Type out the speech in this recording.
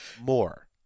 More